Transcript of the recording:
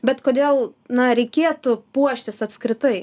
bet kodėl na reikėtų puoštis apskritai